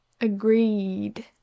Agreed